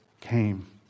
came